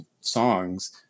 songs